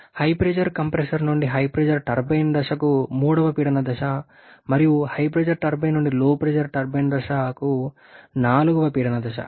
HP compressor నుండి HP turbine దశకు మూడవ పీడన దశ మరియు HP టర్బైన్ నుండి LP టర్బైన్ దశ వరకు నాల్గవ పీడన దశ